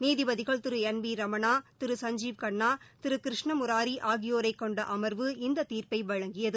நீதிபதிகள் Thiru N V Ramana Thiru Sanjiv Khanna Thiru Krishna Murari ஆகியோரைக் கொண்ட அமா்வு இன்று இந்த தீர்ப்பை வழங்கியது